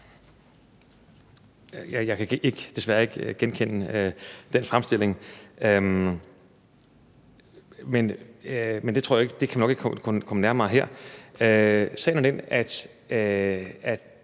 Jeg kan desværre ikke genkende den fremstilling. Men det kan vi nok ikke komme nærmere her. Sagen er jo den, at